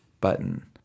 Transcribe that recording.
button